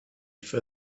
for